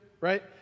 right